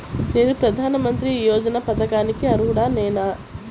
నేను ప్రధాని మంత్రి యోజన పథకానికి అర్హుడ నేన?